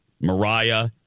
Mariah